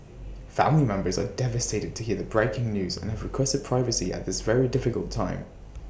family members are devastated to hear the breaking news and have requested privacy at this very difficult time